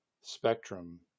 spectrum